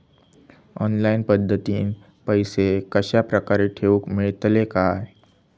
Online पद्धतीन पैसे कश्या प्रकारे ठेऊक मेळतले काय?